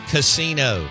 Casino